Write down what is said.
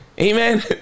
Amen